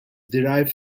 derived